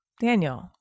Daniel